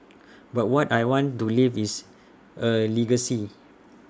but what I want to leave is A legacy